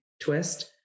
twist